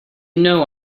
know